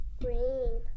Green